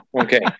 Okay